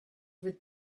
with